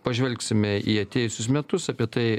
pažvelgsime į atėjusius metus apie tai